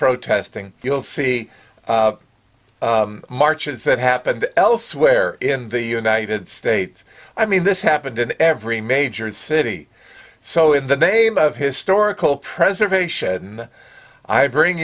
protesting you'll see marches that happened elsewhere in the united states i mean this happened in every major city so in the name of historical preservation i bring